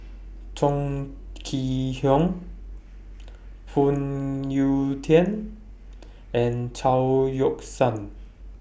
Chong Kee Hiong Phoon Yew Tien and Chao Yoke San